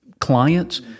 clients